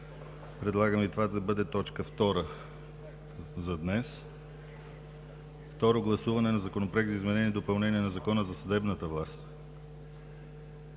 Предлагам това да бъде точка втора за днес. Второ гласуване на Законопроект за изменение и допълнение на Закона за съдебната власт.